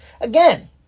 again